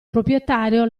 proprietario